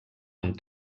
amb